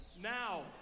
now